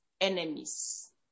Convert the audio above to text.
enemies